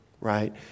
right